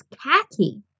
khaki